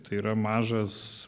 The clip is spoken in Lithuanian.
tai yra mažas